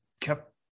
kept